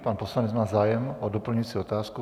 Pan poslanec má zájem o doplňující otázku.